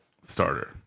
starter